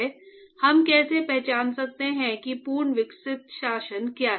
हम कैसे पहचान सकते हैं कि पूर्ण विकसित शासन क्या है